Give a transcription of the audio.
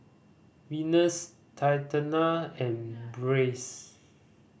Venice Tatianna and Brice